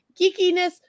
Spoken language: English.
geekiness